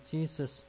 Jesus